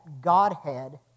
Godhead